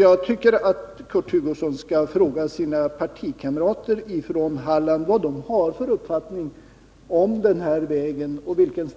Jag tycker att Kurt Hugosson skall fråga sina partikamrater från Halland vad de har för uppfattning om den här vägen och vilken